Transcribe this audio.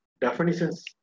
definitions